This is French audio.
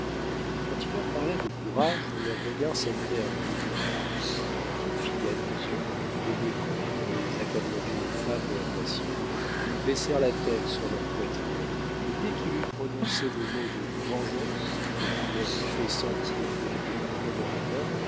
quand il leur parla de courage leurs regards s'animèrent d'un nouveau feu quand il fit allusion au mépris dont les accableraient les femmes de leur nation ils baissèrent la tête sur leur poitrine mais dès qu'il eut prononcé le mot de vengeance et qu'il leur eut fait sentir qu'elle était entre leurs mains